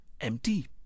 empty